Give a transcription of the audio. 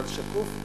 אבל שקוף,